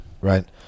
Right